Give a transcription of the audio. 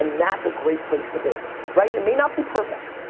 then that's a great place to be right? it may not be perfect,